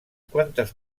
quantes